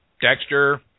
Dexter